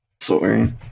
Sorry